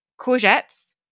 courgettes